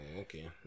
Okay